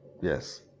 Yes